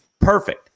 perfect